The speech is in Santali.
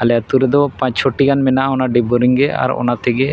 ᱟᱞᱮ ᱟᱛᱳ ᱨᱮᱫᱚ ᱯᱟᱸᱪ ᱪᱷᱚ ᱴᱤ ᱜᱟᱱ ᱢᱮᱱᱟᱜᱼᱟ ᱚᱱᱟ ᱰᱤᱯ ᱵᱳᱨᱤᱝ ᱫᱚ ᱟᱨ ᱚᱱᱟ ᱛᱮᱜᱮ